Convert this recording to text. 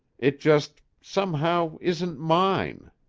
it just somehow isn't mine.